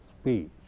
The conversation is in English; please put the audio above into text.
speech